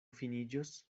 finiĝos